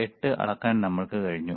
8 അളക്കാൻ നമ്മൾക്ക് കഴിഞ്ഞു